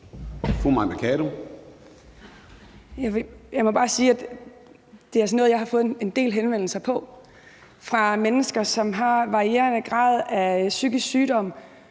Jeg må bare sige, at det altså er noget, jeg har fået en del henvendelser om fra mennesker, som har varierende grader af psykisk sygdom,